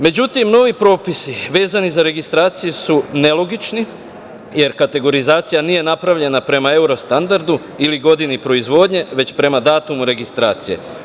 Međutim, novi propisi vezani za registraciju su nelogični, jer kategorizacija nije napravljena prema euro standardu ili godini proizvodnji, već prema datumu registracije.